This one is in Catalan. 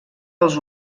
pels